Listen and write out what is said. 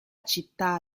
città